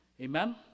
Amen